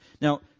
Now